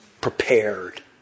prepared